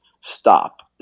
stop